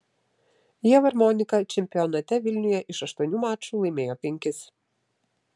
ieva ir monika čempionate vilniuje iš aštuonių mačų laimėjo penkis